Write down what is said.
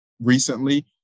Recently